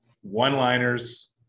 one-liners